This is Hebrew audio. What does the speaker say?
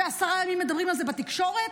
ועשרה ימים מדברים על זה בתקשורת.